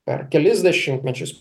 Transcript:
per kelis dešimtmečius